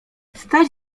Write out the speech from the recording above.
staś